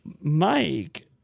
Mike